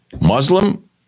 Muslim